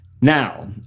Now